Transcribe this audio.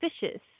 vicious